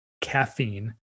caffeine